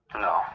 No